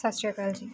ਸਤਿ ਸ਼੍ਰੀ ਅਕਾਲ